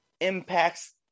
Impact's